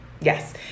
Yes